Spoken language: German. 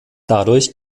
dadurch